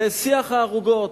ושיח הערוגות,